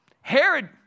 Herod